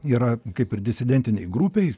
yra kaip ir disidentinėj grupėj